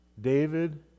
David